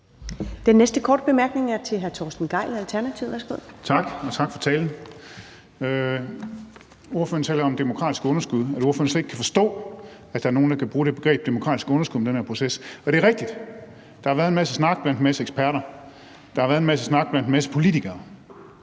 Den næste korte bemærkning er til hr. Torsten Gejl, Alternativet. Værsgo. Kl. 19:09 Torsten Gejl (ALT): Tak, og tak for talen. Ordføreren taler om demokratisk underskud, og ordføreren siger, at han slet ikke kan forstå, at der er nogen, der kan bruge begrebet demokratisk underskud om den her proces. Det er rigtigt, at der har været en masse snak blandt en masse eksperter; der har været en masse snak blandt en masse politikere,